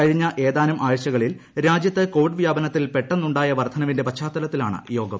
കഴിഞ്ഞ ഏതാനും ആഴ്ചകളിൽ രാജ്യത്ത് കോവിഡ് വ്യാപനത്തിൽ പെട്ടെന്നുണ്ടായ വർദ്ധനവിന്റെ പശ്ചാത്തലത്തിലാണ് യോഗം